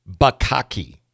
Bakaki